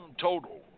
total